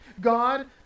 God